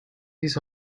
his